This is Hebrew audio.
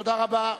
תודה רבה.